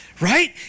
Right